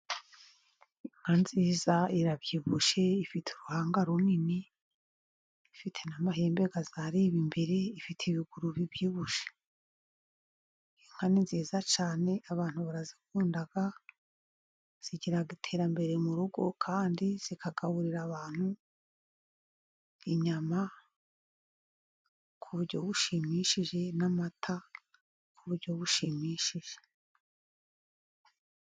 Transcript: Inka nziza irabyibushye, ifite uruhanga runini, ifite n'amahembe azareba imbere, ifite ibiguru bibyibushye. Inka ni nziza cyane abantu barazikunda, zigira iterambere mu rugo, kandi zikagaburira abantu inyama ku buryo bushimishije, n'amata ku buryo bushimishije.